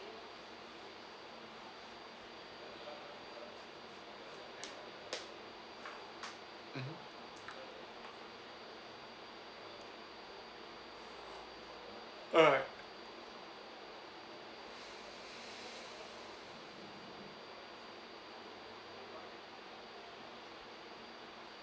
mmhmm alright